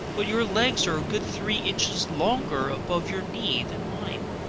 but your legs are a good three inches longer above your knee than mine,